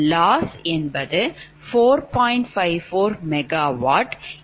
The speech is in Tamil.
54MW என்று பெறுவீர்கள்